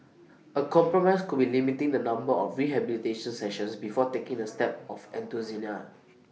A compromise could be limiting the number of rehabilitation sessions before taking the step of euthanasia